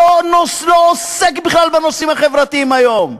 לא עוסק בכלל בנושאים החברתיים היום.